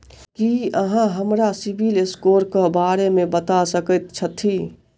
की अहाँ हमरा CIBIL score क बारे मे बता सकइत छथि?